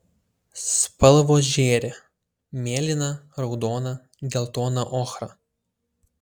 spalvos žėri mėlyna raudona geltona ochra